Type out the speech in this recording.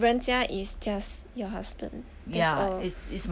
人家 is just your husband that's all